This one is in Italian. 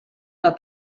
una